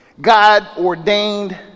God-ordained